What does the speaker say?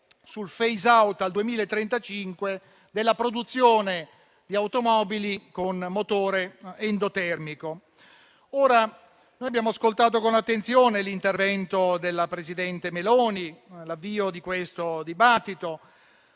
sul *phaseout* al 2035 della produzione di automobili con motore endotermico. Ora, abbiamo ascoltato con attenzione l'intervento della presidente Meloni e l'avvio di questo dibattito.